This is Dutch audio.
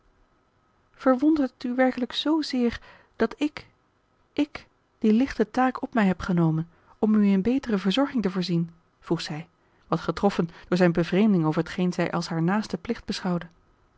verwondert het u werkelijk zzeer dat ik ik die lichte taak op mij heb genomen om in uwe betere verzorging te voorzien vroeg zij wat getroffen door zijne bevreemding over t geen zij als haar naasten plicht beschouwde